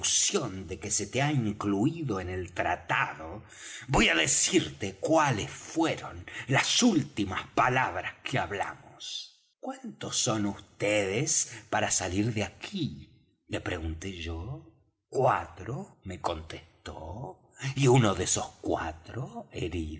de que se te ha incluido en el tratado voy á decirte cuáles fueron las últimas palabras que hablamos cuántos son vds para salir de aquí le pregunté yo cuatro me contestó y uno de esos cuatro herido